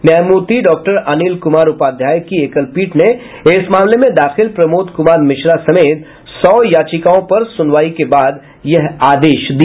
न्यायमूर्ति डाक्टर अनिल कुमार उपाध्याय के एकलपीठ ने इस मामले में दाखिल प्रमोद कुमार मिश्रा समेत सौ याचिकाओं पर सुनवाई के बाद यह आदेश दिया